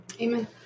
Amen